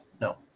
No